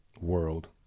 world